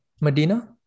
medina